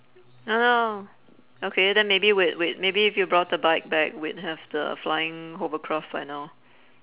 oh no okay then maybe we'd we'd maybe if you brought a bike back we'd have the flying hovercraft by now